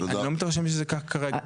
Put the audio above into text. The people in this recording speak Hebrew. אני לא מתרשם שהמצב כך כרגע.